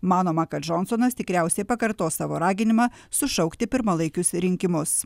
manoma kad džonsonas tikriausiai pakartos savo raginimą sušaukti pirmalaikius rinkimus